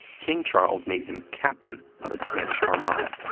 king charles made him captain of a spanish armada,